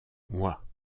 moi